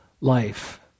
life